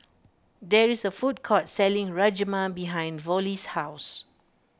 there is a food court selling Rajma behind Vollie's house